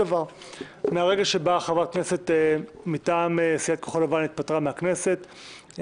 מהרגע שחברת כנסת מטעם סיעת כחול לבן התפטרה מהכנסת,